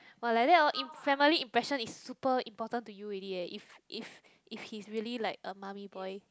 !wah! like that hor im~ family impression is super important to you already eh if if if he's really like a mummy boy